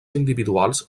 individuals